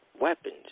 weapons